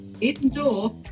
indoor